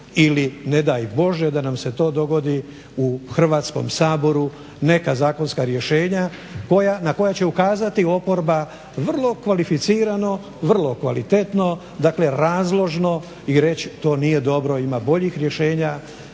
ne daj Bože da nam se to dogodi u Hrvatskom saboru neka zakonska rješenja na koja će ukazati oporba vrlo kvalificirano, vrlo kvalitetno, dakle razložno i reći to nije dobro, ima boljih rješenja.